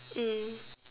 mm